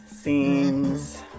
scenes